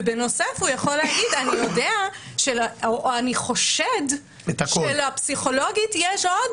ובנוסף הוא יכול להגיד: אני חושד שלפסיכולוגית יש עוד